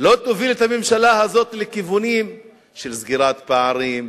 לא תוביל את הממשלה הזאת לכיוונים של סגירת פערים,